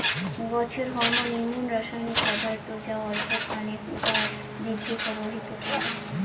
গছের হরমোন এমুন রাসায়নিক পদার্থ যা অল্প খানেক উয়ার বৃদ্ধিক প্রভাবিত করায়